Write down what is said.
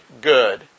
good